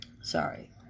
sorry